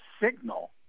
signal